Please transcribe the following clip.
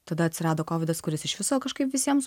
tada atsirado kovidas kuris iš viso kažkaip visiemsk